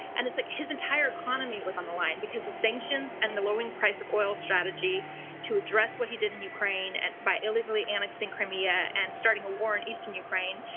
and like his entire economy was on the line, because the sanctions and the lowing price of oil strategy to address what he did in ukraine and by illegally annexing crimea and starting a war in eastern ukraine,